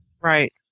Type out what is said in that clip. Right